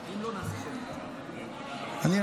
אמרה